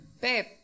Babe